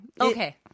Okay